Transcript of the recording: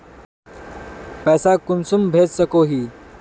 पैसा कुंसम भेज सकोही?